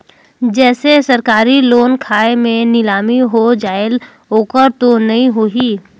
जैसे सरकारी लोन खाय मे नीलामी हो जायेल ओकर तो नइ होही?